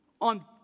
on